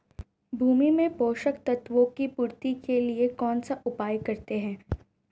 भूमि में पोषक तत्वों की पूर्ति के लिए कौनसा उपाय करते हैं?